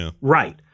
right